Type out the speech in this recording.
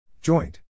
Joint